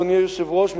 אדוני היושב-ראש,